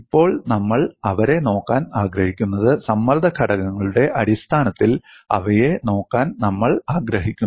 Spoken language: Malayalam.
ഇപ്പോൾ നമ്മൾ അവരെ നോക്കാൻ ആഗ്രഹിക്കുന്നത് സമ്മർദ്ദ ഘടകങ്ങളുടെ അടിസ്ഥാനത്തിൽ അവയെ നോക്കാൻ നമ്മൾ ആഗ്രഹിക്കുന്നു